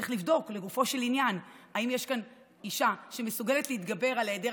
צריך לבדוק לגופו של עניין אם יש כאן אישה שמסוגלת להתגבר על היעדר